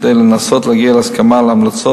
כדי לנסות ולהגיע להסכמה ולהמלצות